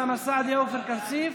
אוסאמה סעדי ועופר כסיף,